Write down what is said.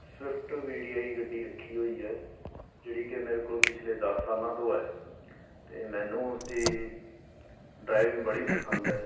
Swift V D I ਗੱਡੀ ਰੱਖੀ ਹੋਈ ਹੈ ਜਿਹੜੀ ਕਿ ਮੇਰੇ ਕੋਲ ਪਿਛਲੇ ਦਸ ਸਾਲਾਂ ਤੋਂ ਹੈ ਅਤੇ ਮੈਨੂੰ ਉਸ ਦੀ ਡਰਾਈਵਿੰਗ ਬੜੀ ਪਸੰਦ ਹੈ